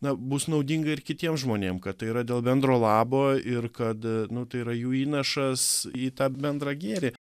na bus naudinga ir kitiem žmonėm kad tai yra dėl bendro labo ir kad nu tai yra jų įnašas į tą bendrą gėrį